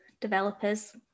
developers